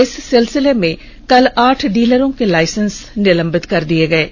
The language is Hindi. इस सिलसिले में कल आठ डीलरों के लाइसेंस निलंबित कर दिये गये है